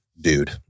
dude